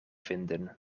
vinden